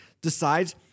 decides